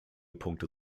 punkte